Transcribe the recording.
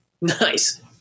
Nice